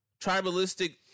tribalistic